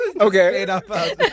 Okay